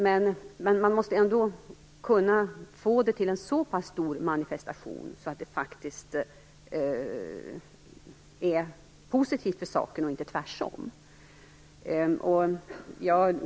Men man måste ändå kunna få till stånd en så pass stor manifestation att det faktiskt blir positivt för saken, och inte tvärtom.